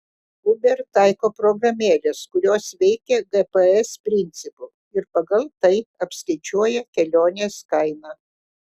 uber taiko programėles kurios veikia gps principu ir pagal tai apskaičiuoja kelionės kainą